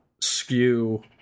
skew